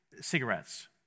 cigarettes